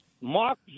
Mark